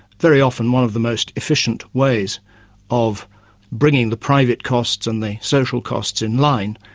very often one of the most efficient ways of bringing the private costs and the social costs in line,